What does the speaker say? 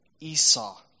Esau